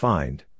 Find